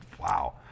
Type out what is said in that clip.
Wow